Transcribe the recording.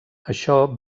això